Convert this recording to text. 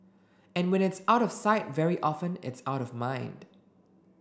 and when it's out of sight very often it's out of mind